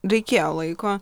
reikėjo laiko